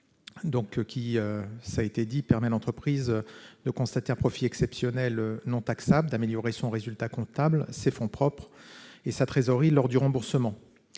des déficits, ou, permet à l'entreprise de constater un profit exceptionnel non taxable, d'améliorer son résultat comptable et ses fonds propres et sa trésorerie lors du remboursement.